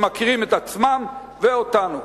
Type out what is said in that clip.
שמכירים את עצמם ואותנו.